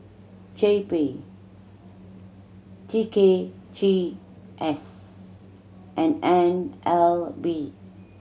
J P T K G S and N L B